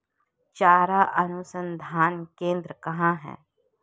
चारा अनुसंधान केंद्र कहाँ है?